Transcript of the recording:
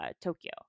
Tokyo